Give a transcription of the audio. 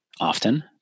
often